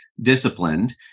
disciplined